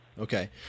Okay